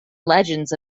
legends